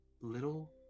little